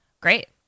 Great